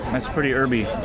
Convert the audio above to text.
that's pretty herby.